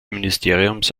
ministeriums